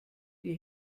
die